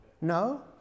No